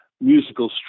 musical